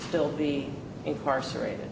still be incarcerated